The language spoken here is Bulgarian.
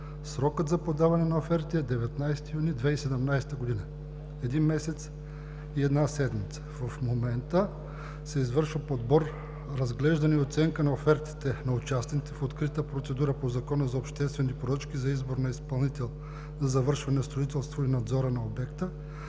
Срокът за подаване на оферти е 19 юни 2017 г. – един месец и една седмица. В момента се извършва подбор, разглеждане и оценка на офертите на участниците в открита процедура по Закона за обществените поръчки за избор на изпълнител за извършване на строителството и надзора на обекта.